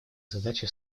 задачи